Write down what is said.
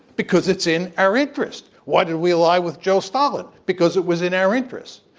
because it's in our interest. why did we ally with joe stalin? because it was in our interest.